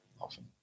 often